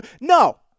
No